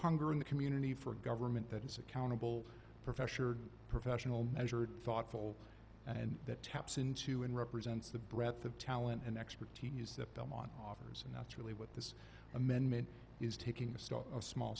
dipankar in the community for a government that is accountable profession professional measured thoughtful and that taps into an represents the breadth of talent and expertise that belmont offers and that's really what this amendment is taking a start a small